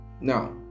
Now